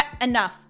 enough